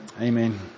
Amen